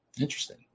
Interesting